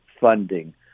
funding